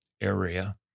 area